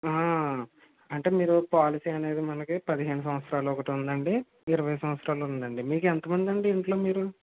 అంటే మీరు పోలసీ అనేది మనకి పదిహేను సంవత్సరాలు ఒకటుందండి ఇరవై సంవత్సరాలు ఉందండి మీకెంత మంది అండి ఇంట్లో మీరు